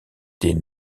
des